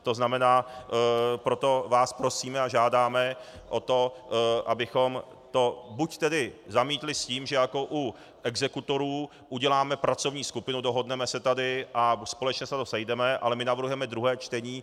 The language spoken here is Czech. To znamená, proto vás prosíme a žádáme o to, abychom to buď zamítli s tím, že jako u exekutorů uděláme pracovní skupinu, dohodneme se tady a společně se na to sejdeme, ale my navrhujeme druhé čtení.